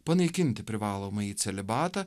panaikinti privalomąjį celibatą